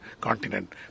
continent